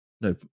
No